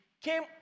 came